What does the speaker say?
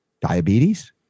Diabetes